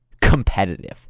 competitive